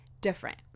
different